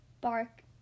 bark